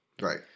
Right